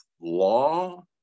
law